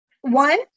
one